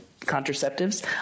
contraceptives